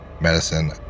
medicine